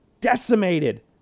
decimated